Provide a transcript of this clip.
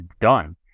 done